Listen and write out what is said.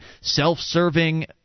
self-serving